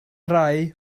rhai